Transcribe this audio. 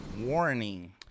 Warning